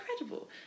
incredible